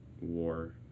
war